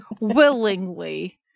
willingly